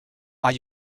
are